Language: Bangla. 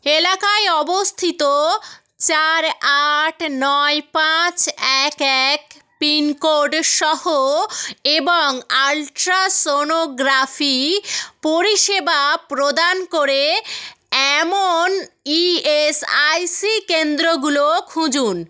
এলাকায় অবস্থিত চার আট নয় পাঁচ এক এক পিনকোড সহ এবং আলট্রাসনোগ্রাফি পরিষেবা প্রদান করে এমন ইএসআইসি কেন্দ্রগুলো খুঁজুন